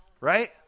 Right